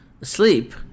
asleep